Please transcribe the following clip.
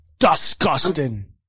disgusting